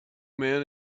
men